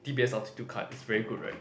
d_b_s Altitude Card it's very good right